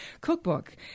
Cookbook